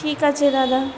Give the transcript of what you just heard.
ঠিক আছে দাদা